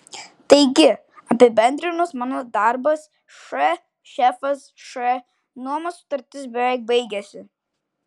taigi apibendrinus mano darbas š šefas š nuomos sutartis beveik baigiasi